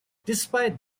despite